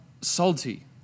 salty